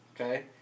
okay